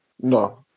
No